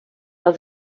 war